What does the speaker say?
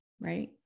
right